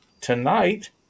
tonight